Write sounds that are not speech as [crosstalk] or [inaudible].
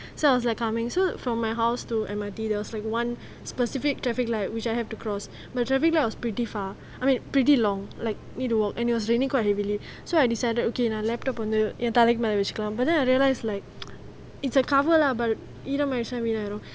so I was like coming so from my house to M_R_T there was like one specific traffic light which I have to cross but the traffic light was pretty far I mean pretty long like need to walk and it was raining quite heavily so I decided okay நான்:naan laptop வந்து என் தலைக்கு மேல வெச்சுக்கலாம்:vanthu en thalaiku mela vechikalam but then I realise like [noise] it's a cover lah but ஈரமாயிடிச்சின்னா வீணாயிரும்:eeramayidichinaa veenayirum